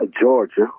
Georgia